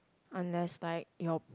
unless like your